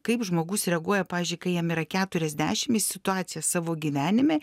kaip žmogus reaguoja pavyzdžiui kai jam yra keturiasdešim į situacijas savo gyvenime